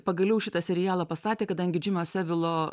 pagaliau šitą serialą pastatė kadangi džimo sevilo